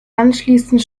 anschließend